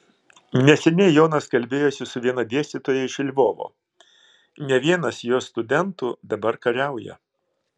neseniai jonas kalbėjosi su viena dėstytoja iš lvovo ne vienas jos studentų dabar kariauja